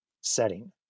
setting